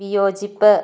വിയോജിപ്പ്